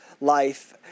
life